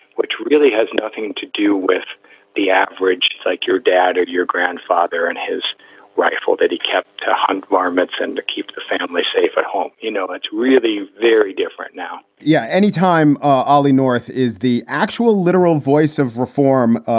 which really has nothing to do with the average like your dad or your grandfather and his rifle, that he kept to hunt varmints and to keep the family safe at home. you know, that's really very different now yeah. any time ollie north is the actual literal voice of reform.